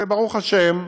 וברוך השם,